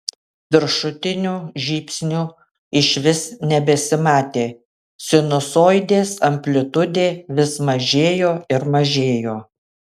viršutinių žybsnių išvis nebesimatė sinusoidės amplitudė vis mažėjo ir mažėjo